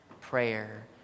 prayer